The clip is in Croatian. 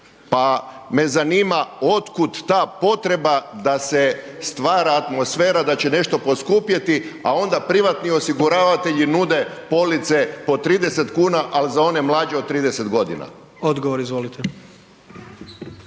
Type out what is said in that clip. Pa me zanima otkud ta potreba da se stvara atmosfera da će nešto poskupjeti a onda privatni osiguravatelji nude police po 30 kuna ali za one mlađe od 30 godina? **Jandroković,